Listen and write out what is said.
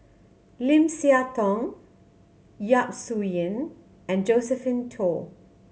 Lim Siah Tong Yap Su Yin and Josephine Teo